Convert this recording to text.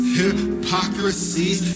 hypocrisies